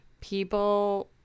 people